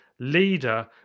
leader